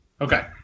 okay